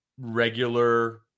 regular